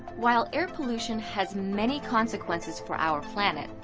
while air pollution has many consequences for our planet,